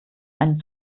einen